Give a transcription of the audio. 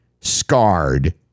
scarred